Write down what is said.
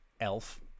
elf